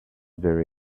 very